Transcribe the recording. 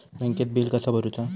बँकेत बिल कसा भरुचा?